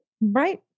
Right